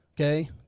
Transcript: Okay